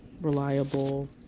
reliable